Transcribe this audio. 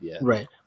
right